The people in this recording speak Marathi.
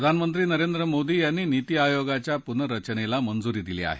प्रधानमंत्री नरेंद्र मोदी यांनी नीति आयोगाच्या पुर्नरचनेला मंजूरी दिली आहे